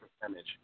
percentage